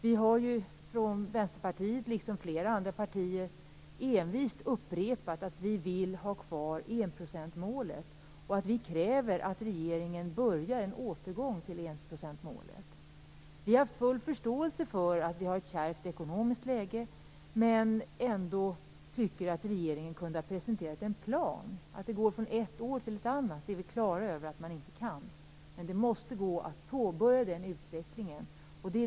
Vi har från Vänsterpartiet, liksom från flera andra partier, envist upprepat att vi vill ha kvar enprocentsmålet. Vi kräver att regeringen börjar en återgång till enprocentsmålet. Vi har haft full förståelse för att det ekonomiska läget är kärvt, men vi tycker ändå att regeringen kunde ha presenterat en plan. Vi är klara över att man inte kan förändra det från ett år till ett annat, men det måste gå att påbörja den utvecklingen.